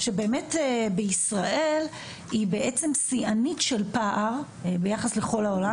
שישראל היא שיאנית של פער ביחס לכל העולם,